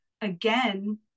again